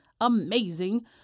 amazing